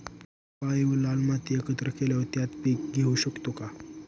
काळी व लाल माती एकत्र केल्यावर त्यात पीक घेऊ शकतो का?